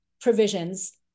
provisions